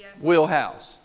wheelhouse